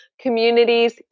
communities